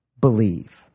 believe